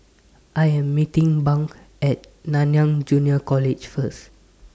I Am meeting Bunk At Nanyang Junior College First